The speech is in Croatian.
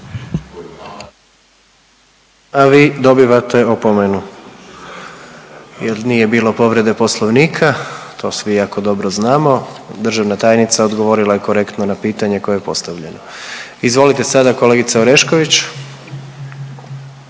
A vi dobivate opomenu jel nije bilo povrede poslovnika, to svi jako dobro znamo. Državna tajnica odgovorila je korektno na pitanje koje je postavljeno. Izvolite sada kolegice Orešković.